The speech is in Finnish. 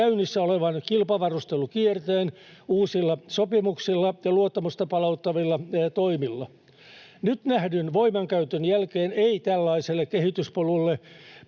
käynnissä olevan kilpavarustelukierteen uusilla sopimuksilla ja luottamusta palauttavilla toimilla. Nyt nähdyn voimankäytön jälkeen ei tällaiselle kehityspolulle